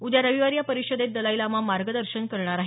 उद्या रविवारी या परिषदेत दलाई लामा मार्गदर्शन करणार आहेत